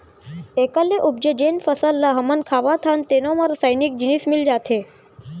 एखर ले उपजे जेन फसल ल हमन खावत हन तेनो म रसइनिक जिनिस मिल जाथे